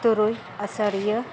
ᱛᱩᱨᱩᱭ ᱟᱹᱥᱟᱹᱲᱤᱭᱟᱹ